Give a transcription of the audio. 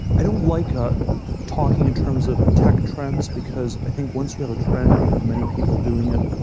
i don't like ah talking in terms of tech trends because i think, once you have a trend, you have many people doing it.